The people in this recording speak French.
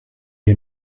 est